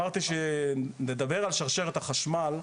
כשאמרתי שנדבר על שרשרת החשמל,